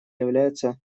является